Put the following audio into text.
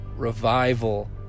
Revival